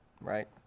right